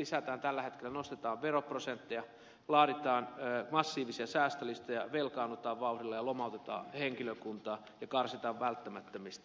nostetaan tällä hetkellä veroprosentteja laaditaan massiivisia säästölistoja velkaannutaan vauhdilla ja lomautetaan henkilökuntaa ja karsitaan välttämättömistä palveluista